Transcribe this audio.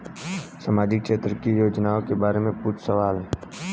सामाजिक क्षेत्र की योजनाए के बारे में पूछ सवाल?